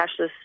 cashless